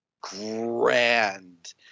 grand